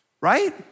right